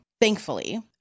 thankfully